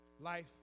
life